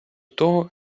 того